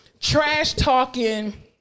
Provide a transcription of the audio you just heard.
trash-talking